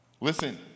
Listen